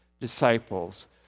disciples